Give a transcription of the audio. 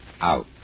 out